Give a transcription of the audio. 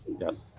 Yes